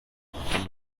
von